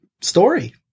story